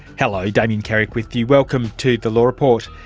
hello, damien carrick with you, welcome to the law report.